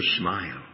smile